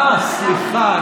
אה, סליחה.